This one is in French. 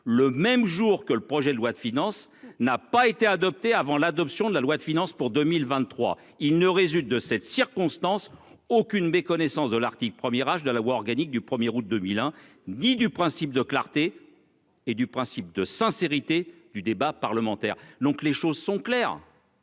le même jour que le projet de loi de finances n'a pas été adopté avant l'adoption de la loi de finances pour 2023, il ne résulte de cette circonstance aucune connaissance de l'article 1er rage de la loi organique du premier août 2001. Du principe de clarté. Et du principe de sincérité du débat parlementaire, donc les choses sont claires.